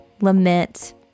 lament